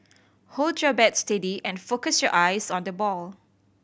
hold your bat steady and focus your eyes on the ball